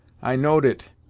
i know'd it,